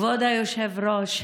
כבוד היושב-ראש,